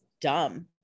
dumb